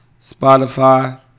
Spotify